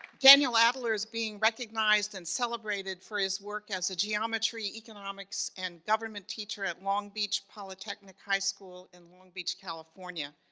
daniel adler is being recognized and celebrated for his work as a geometry, economics and government teacher, at long beach polytechnic high school, in long beach california.